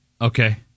Okay